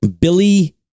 Billy